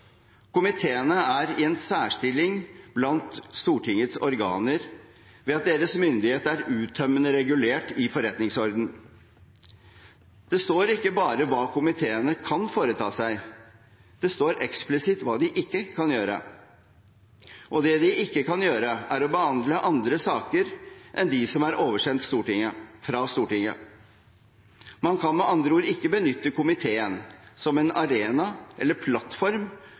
Komiteene er i en særstilling blant Stortingets organer ved at deres myndighet er uttømmende regulert i forretningsordenen. Det står ikke bare hva komiteene kan foreta seg, det står eksplisitt hva de ikke kan gjøre. Det de ikke kan gjøre, er å behandle andre saker enn de som er oversendt fra Stortinget. Man kan med andre ord ikke benytte komiteen som en arena eller plattform